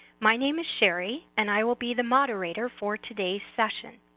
my name is sherri, and i will be the moderator for today's session.